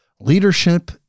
leadership